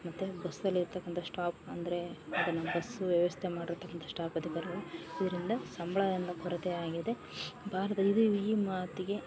ಮತ್ತು ಬಸ್ಸಲ್ಲಿ ಇರ್ತಕ್ಕಂಥ ಸ್ಟಾಪ್ ಅಂದರೆ ಅದು ನಮ್ಮ ಬಸ್ಸು ವ್ಯವಸ್ಥೆ ಮಾಡಿರ್ತಕ್ಕಂಥ ಸ್ಟಾಪ್ ಬದಿ ಬರುವ ಇದರಿಂದ ಸಂಬಳ ಎಲ್ಲ ಕೊರತೆಯಾಗಿದೆ ಬಾರದ ಇದು ಇವ ಈ ಮಾತಿಗೆ